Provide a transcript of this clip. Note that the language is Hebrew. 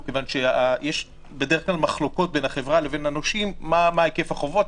מכיוון שבדרך כלל יש מחלוקות בין החברה לבין הנושים מה היקף החובות,